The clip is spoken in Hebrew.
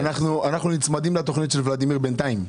בינתיים אנחנו נצמדים לתכנית של ולדימיר.